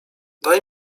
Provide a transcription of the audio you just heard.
daj